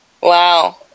Wow